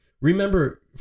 remember